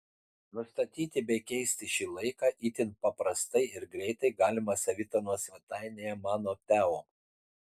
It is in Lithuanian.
nustatyti bei keisti šį laiką itin paprastai ir greitai galima savitarnos svetainėje mano teo